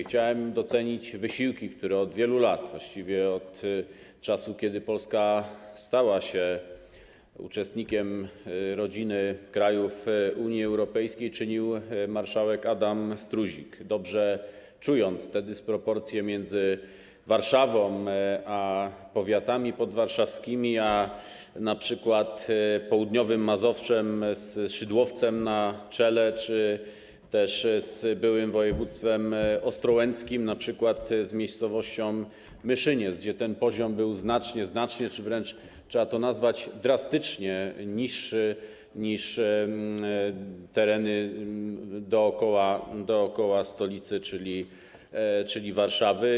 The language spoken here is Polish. Chciałem docenić wysiłki, które od wielu lat, właściwie od czasu, kiedy Polska stała się uczestnikiem rodziny krajów Unii Europejskiej, czynił marszałek Adam Struzik, dobrze czując te dysproporcje miedzy Warszawą, powiatami podwarszawskimi a np. południowym Mazowszem z Szydłowcem na czele czy też z byłym województwem ostrołęckim, np. z miejscowością Myszyniec, gdzie ten poziom był znacznie, znacznie czy wręcz - trzeba to tak nazwać - drastycznie niższy niż w przypadku terenów dookoła stolicy, czyli Warszawy.